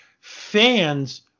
fans